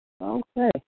Okay